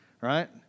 right